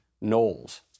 Knowles